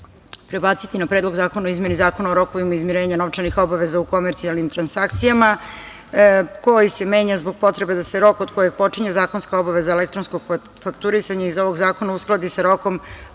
prebaciti na Predlog zakona o izmeni Zakona o rokovima izmirenja novčanih obaveza u komercijalnim transakcijama koji se menja zbog potrebe da se rok od kojeg počinje zakonska obaveza elektronskog fakturisanja iz ovog zakona uskladi sa rokom